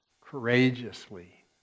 courageously